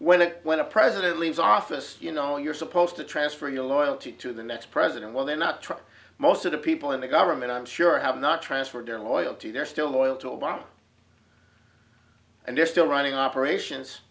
when it when a president leaves office you know you're supposed to transfer your loyalty to the next president well they're not true most of the people in the government i'm sure have not transferred their loyalty they're still loyal to obama and they're still running operations